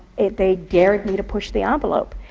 they dared me to push the ah envelope.